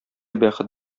бәхет